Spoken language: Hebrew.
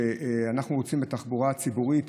שאנחנו רוצים בתחבורה הציבורית,